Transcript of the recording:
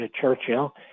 Churchill